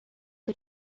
que